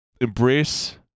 Embrace